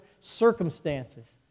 circumstances